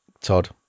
Todd